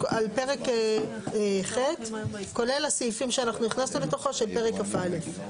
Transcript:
על פרק ח' כולל הסעיפים שאנחנו הכנסנו לתוכו של פרק כ"א.